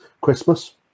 Christmas